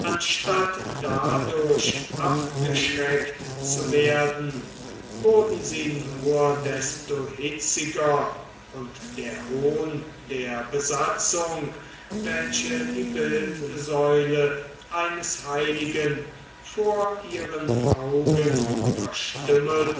anstatt dadurch abgeschreckt zu werden wurden sie nur desto hitziger und der hohn der besatzung welche die bildsäule eines heiligen vor ihren augen verstümmelte